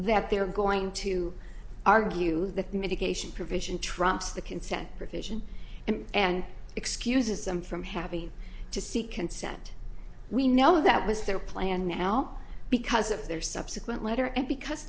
that they were going to argue that the medication provision trumps the consent provision and and excuses them from happy to see consent we know that was their plan now because of their subsequent letter and because